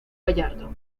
gallardo